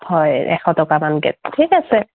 হয় এশ টকামানকৈ ঠিক আছে